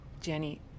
Jenny